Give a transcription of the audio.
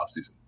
offseason